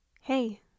hey